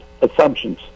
assumptions